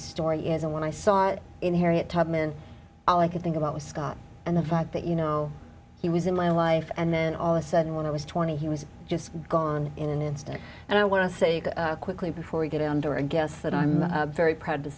story is and when i saw it in harriet tubman all i could think about was scott and the fact that you know he was in my life and then all the sudden when i was twenty he was just gone in an instant and i want to say quickly before we get under a guess that i'm very proud to